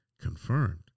confirmed